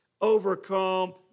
overcome